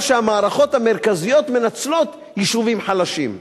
או שהמערכות המרכזיות מנצלות יישובים חלשים.